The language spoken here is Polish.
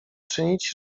czynić